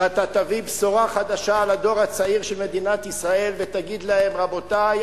שאתה תביא בשורה חדשה לדור הצעיר של מדינת ישראל ותגיד לו: רבותי,